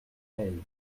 peille